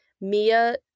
Mia